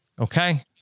Okay